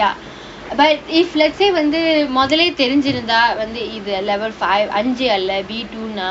ya but if let's say வந்து மொதல்லயே தெரிஞ்சு இருந்தா வந்து இது:vanthu modallayae therinju irunthaa vanthu ithu level five அஞ்சு அல்ல:anju alla B_two னா